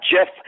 Jeff